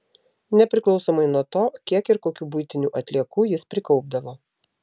nepriklausomai nuo to kiek ir kokių buitinių atliekų jis prikaupdavo